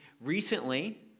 recently